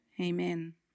Amen